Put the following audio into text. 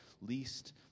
least